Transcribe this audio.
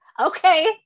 Okay